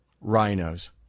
rhinos